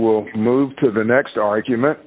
will d move to the next argument